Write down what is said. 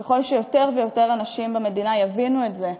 ככל שיותר ויותר אנשים במדינה יבינו את זה,